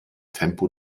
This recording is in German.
tempo